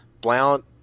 blount